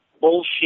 bullshit